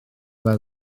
nad